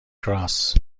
کراس